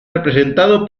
representado